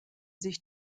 sich